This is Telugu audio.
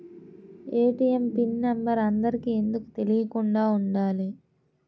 ఏ.టీ.ఎం పిన్ నెంబర్ అందరికి ఎందుకు తెలియకుండా ఉండాలి?